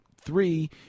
three